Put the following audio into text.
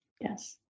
Yes